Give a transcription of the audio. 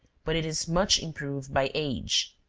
but it is much improved by age.